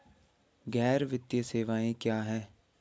गैर वित्तीय सेवाएं क्या हैं?